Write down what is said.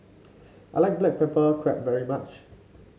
I like Black Pepper Crab very much